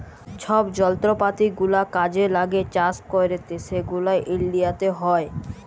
ছব যলত্রপাতি গুলা কাজে ল্যাগে চাষ ক্যইরতে সেগলা ইলডিয়াতে হ্যয়